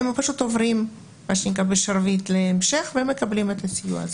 הם פשוט עוברים מה שנקרא בשרביט להמשך והם מקבלים את הסיוע הזה.